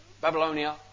Babylonia